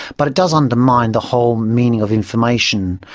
but it does undermine the whole meaning of information.